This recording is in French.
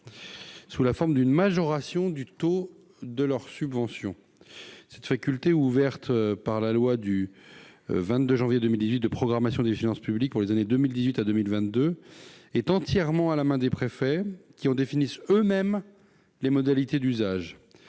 sous la forme d'une majoration de leur taux de subvention. Cette faculté, ouverte par la loi du 22 janvier 2018 de programmation des finances publiques pour les années 2018 à 2022, est entièrement à la main des préfets qui en définissent eux-mêmes les modalités d'usage.